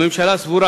הממשלה סבורה